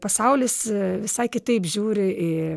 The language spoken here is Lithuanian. pasaulis visai kitaip žiūri į